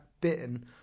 bitten